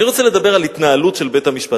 אני רוצה לדבר התנהלות של בית-המשפט.